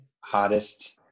hottest